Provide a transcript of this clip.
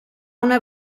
una